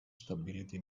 stability